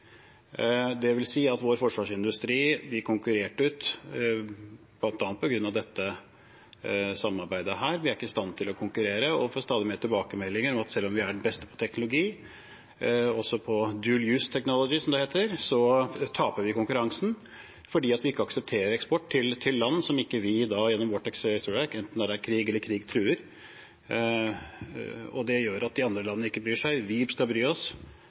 at vår forsvarsindustri blir konkurrert ut bl.a. på grunn av dette samarbeidet. Vi er ikke i stand til å konkurrere og får stadig flere tilbakemeldinger om at selv om vi har den beste teknologien, også på «dual-use technology», som det heter, taper vi konkurransen fordi vi gjennom vårt eksportregelverk ikke aksepterer eksport til land hvor det er krig eller krig truer, og det gjør at de andre landene ikke bryr seg. Vi skal bry oss.